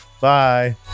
Bye